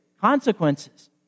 consequences